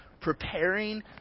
preparing